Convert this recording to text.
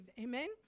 Amen